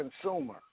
consumer